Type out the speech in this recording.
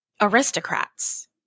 aristocrats